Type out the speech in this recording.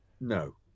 no